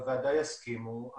בוועדה יסכימו,